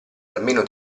almeno